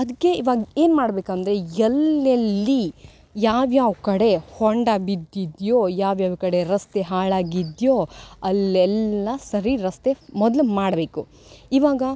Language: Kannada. ಅದಕ್ಕೆ ಇವಾಗ ಏನು ಮಾಡಬೇಕಂದ್ರೆ ಎಲ್ಲೆಲ್ಲಿ ಯಾವ್ಯಾವ ಕಡೆ ಹೊಂಡ ಬಿದ್ದಿದೆಯೋ ಯಾವ್ಯಾವ ಕಡೆ ರಸ್ತೆ ಹಾಳಾಗಿದೆಯೋ ಅಲ್ಲೆಲ್ಲ ಸರಿ ರಸ್ತೆ ಮೊದ್ಲು ಮಾಡಬೇಕು ಇವಾಗ